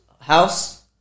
House